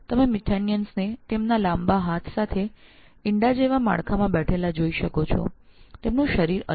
આપ મિથેનીયનો ને તેમના લાંબા હાથ સાથે ઇંડા જેવા માળખામાં બેઠેલા જોઈ શકો છો તેમનું શરીર અલગ છે